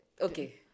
okay